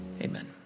Amen